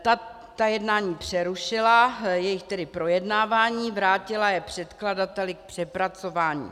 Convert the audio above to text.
Ta ta jednání přerušila, jejich tedy projednávání, vrátila je předkladateli k přepracování.